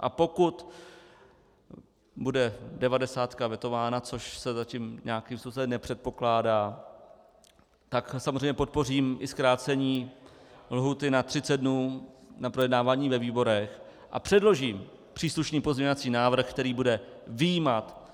A pokud bude devadesátka vetována, což se zatím nějakým způsobem nepředpokládá, tak samozřejmě podpořím i zkrácení lhůty na třicet dnů na projednávání ve výborech a předložím příslušný pozměňovací návrh, který bude vyjímat